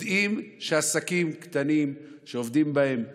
יודעים שעסקים קטנים שעובדים בהם שניים,